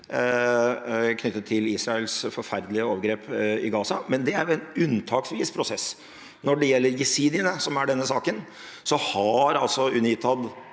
knyttet til Israels forferdelige overgrep i Gaza, men det er en unntaksvis prosess. Når det gjelder jesidiene, som i denne saken, har UNITAD